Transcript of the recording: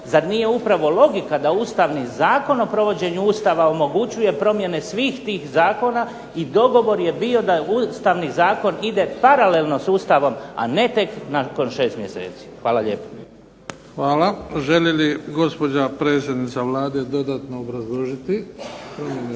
Zar nije upravo logika da ustavni Zakon o provođenju Ustava omogućuje promjene svih tih zakona i dogovor je bio da ustavni zakon ide paralelno s Ustavom, a ne tek nakon 6 mjeseci. Hvala lijepa. **Bebić, Luka (HDZ)** Hvala. Želi li gospođa predsjednica Vlade dodatno obrazložiti promjene